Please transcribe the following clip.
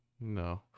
No